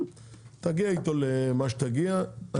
תגיע אתו למה שתגיע,